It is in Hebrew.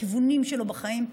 הכיוונים שלו בחיים.